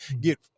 get